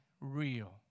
real